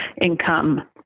income